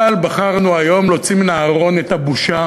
אבל בחרנו היום להוציא מן הארון את הבושה